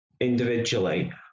individually